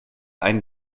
einen